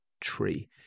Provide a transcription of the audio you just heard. tree